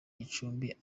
gicumbi